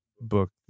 Book